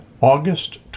August